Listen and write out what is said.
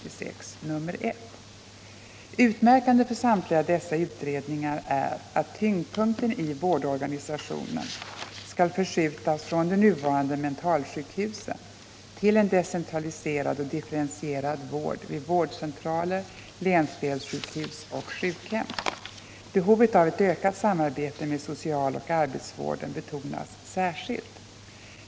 Utmärkande för samtliga dessa utredningar är att tyngdpunkten i vårdorganisationen skall förskjutas från de nuvarande mentalsjukhusen till en decentraliserad och differentierad vård vid vårdcentraler, länsdelssjukhus och sjukhem. Behovet av ett ökat samarbete med socialoch arbetsvården betonas särskilt.